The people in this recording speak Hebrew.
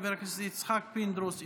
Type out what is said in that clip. חבר הכנסת יצחק פינדרוס,